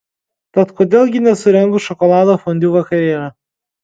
tad kodėl gi nesurengus šokolado fondiu vakarėlio